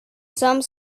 some